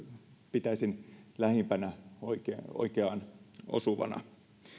pitäisin lähimpinä oikeaan oikeaan osuvina